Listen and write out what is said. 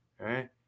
right